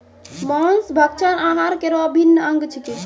मांस भक्षण आहार केरो अभिन्न अंग छिकै